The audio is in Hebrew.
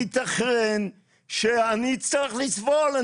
שאני אצטרך לסבול.